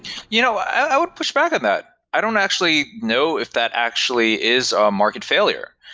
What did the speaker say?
you know i would push back on that. i don't actually know if that actually is a market failure,